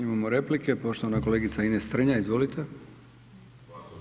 Imamo replike, poštovana kolegica Ines Strenja, izvolite.